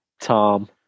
Tom